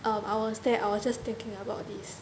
um I was there I was just thinking about this